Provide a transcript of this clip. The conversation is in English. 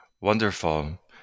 Wonderful